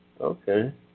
Okay